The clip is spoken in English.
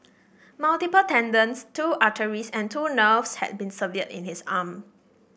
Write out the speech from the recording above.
multiple tendons two arteries and two nerves had been severed in his arm